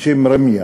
בשם ראמיה,